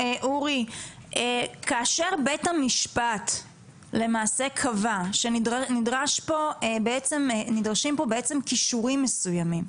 כאשר בית המשפט למעשה קבע שנדרשים פה בעצם כישורים מסוימים,